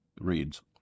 reads